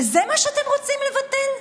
וזה מה שאתם רוצים לבטל?